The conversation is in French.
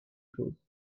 chose